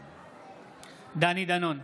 בעד דני דנון,